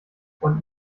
und